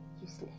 useless